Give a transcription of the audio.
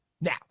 Now